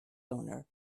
owner